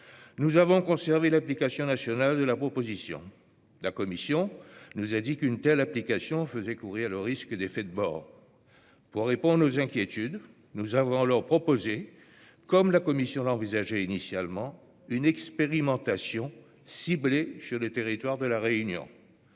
nous avions conservé l'application nationale de la proposition. La commission nous a dit qu'une telle application ferait courir le risque d'effets de bord. Pour répondre aux inquiétudes, nous proposons, comme la commission l'envisageait initialement, une expérimentation ciblée sur le territoire de La Réunion.